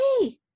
hey